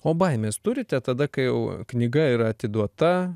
o baimės turite tada kai jau knyga yra atiduota